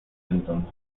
entonces